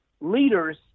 leaders